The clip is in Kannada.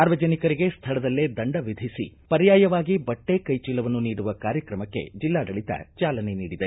ಸಾರ್ವಜನಿಕರಿಗೆ ಸ್ವಳದಲ್ಲೇ ದಂಡ ವಿಧಿಸಿ ಪರ್ಯಾಯವಾಗಿ ಬಟ್ಟೆ ಕೈ ಚೀಲವನ್ನು ನೀಡುವ ಕಾರ್ಯಕ್ರಮಕ್ಕೆ ಜಿಲ್ಲಾಡಳಿತ ಚಾಲನೆ ನೀಡಿದೆ